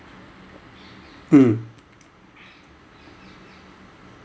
mm